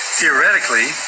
Theoretically